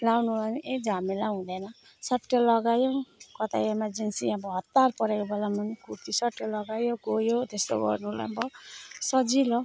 लगाउनुलाई केही झमेला हुँदैन सट्ट लगायो कतै एमर्जेन्सी अब हतार परेको बेलामा नि कुर्ती सट्टै लगायो गयो त्यस्तो गर्नुलाई अब सजिलो